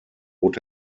would